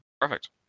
perfect